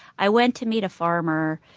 i went to meet a farmer,